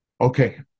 Okay